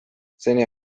seni